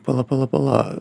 pala pala pala